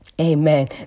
Amen